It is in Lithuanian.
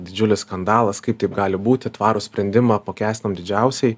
didžiulis skandalas kaip taip gali būti tvarų sprendimą apmokęstinam didžiausiai